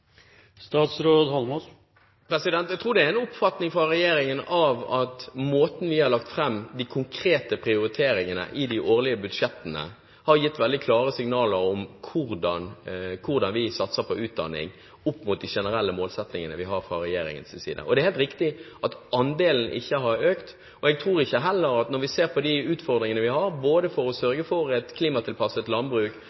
Jeg tror det er en oppfatning i regjeringen at måten vi har lagt fram de konkrete prioriteringene på i de årlige budsjettene, har gitt veldig klare signaler om hvordan vi satser på utdanning opp mot de generelle målsettingene vi har fra regjeringens side, og det er helt riktig at andelen ikke har økt. Jeg tror heller ikke – når vi ser på de utfordringene vi har både for å